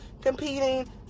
competing